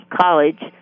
college